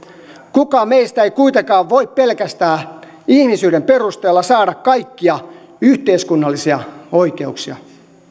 kukaan meistä ei kuitenkaan voi pelkästään ihmisyyden perusteella saada kaikkia yhteiskunnallisia oikeuksia